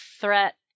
threat